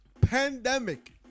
Pandemic